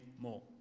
more